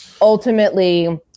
ultimately